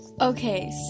okay